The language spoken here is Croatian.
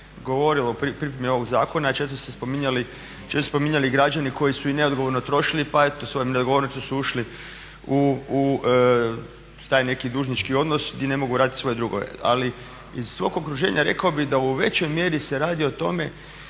govorilo o pripremi ovog zakona često su se spominjali građani koji su i neodgovorno trošili pa eto svojom neodgovornošću su ušli u taj neki dužnički odnos gdje ne mogu vratiti svoje dugove. Ali iz svog okruženja rekao bih da u većoj mjeri radi se o tome